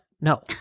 No